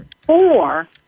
four